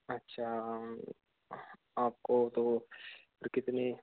अच्छा आपको तो कितनी